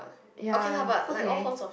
ya okay